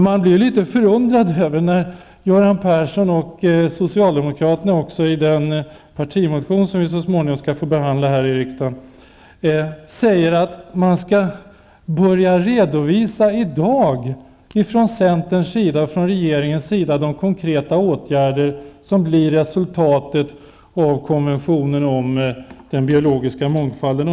Man blir litet förundrad när Göran Persson och socialdemokraterna i den partimotion som vi så småningom skall få behandla i kammaren säger att regeringen redan nu skall börja redovisa de konkreta åtgärder som blir resultatet av konventionen om den biologiska mångfalden.